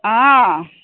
অঁ